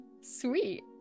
sweet